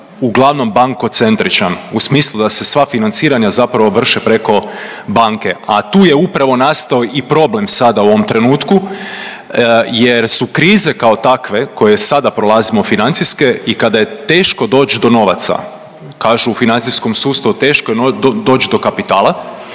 uglavnom bankocentričan u smislu da se sva financiranja zapravo vrše preko banke, a tu je upravo nastao i problem sada u ovom trenutku jer su krize kao takve koje sada prolazimo financijske i kada je teško doć do novaca, kažu u financijskom sustavu teško je doć do kapitala,